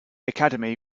academy